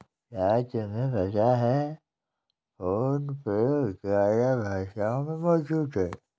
क्या तुम्हें पता है फोन पे ग्यारह भाषाओं में मौजूद है?